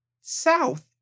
South